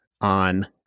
on